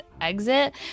exit